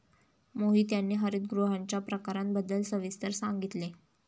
मोहित यांनी हरितगृहांच्या प्रकारांबद्दल सविस्तर सांगितले